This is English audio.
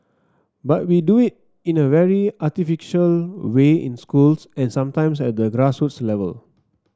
but we do it in a very artificial way in schools and sometimes at the grassroots level